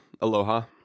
Aloha